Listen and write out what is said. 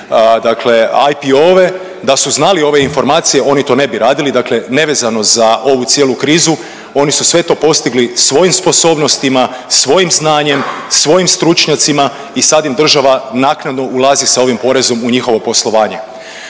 dakle IT-ove. Da su znali ove informacije oni to ne bi radili, dakle nevezano za ovu cijelu krizu oni su sve to postigli svojim sposobnostima, svojim znanjem, svojim stručnjacima i sad im država naknadno ulazi sa ovim porezom u njihovo poslovanje.